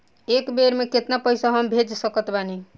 एक बेर मे केतना पैसा हम भेज सकत बानी?